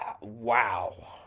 wow